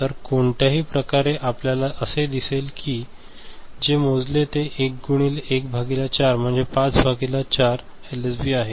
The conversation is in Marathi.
तर कोणत्याही प्रकारे आपल्याला दिसेल की जे मोजले ते 1 गुणिले 1 भागिले 4 म्हणजे 5 भागिले 4 एलएसबी आहे